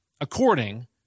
according